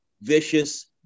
vicious